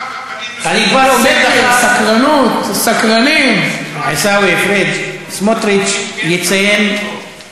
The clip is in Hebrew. לו סקר נהדר שהוא יכול להיתלות